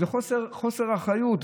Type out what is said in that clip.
זה חוסר אחריות.